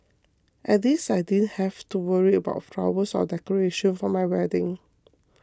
at least I didn't have to worry about flowers or decoration for my wedding